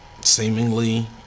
seemingly